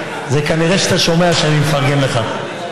כנראה אתה שומע שאני מפרגן לך.